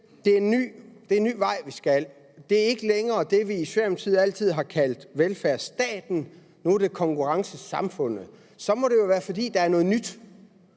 det er en ny vej, vi skal, og at det ikke længere er det, som man i Socialdemokratiet altid har kaldt velfærdsstaten, nu er det konkurrencesamfundet, så må det jo være, fordi der er noget nyt.